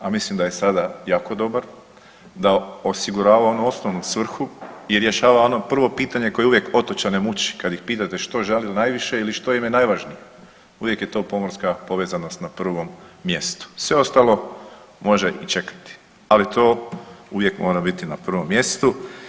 A mislim da je sada jako dobar, da osigurava onu osnovnu svrhu i rješava ono prvo pitanje koje uvijek otočane muči kad ih pitate što žele najviše ili što im je najvažnije, uvijek je to pomorska povezanost na prvom mjestu, sve ostalo može i čekati, ali to uvijek mora biti na prvom mjestu.